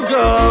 go